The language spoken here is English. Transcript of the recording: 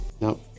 No